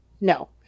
no